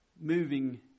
moving